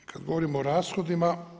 Kad govorimo o rashodima.